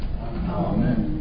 Amen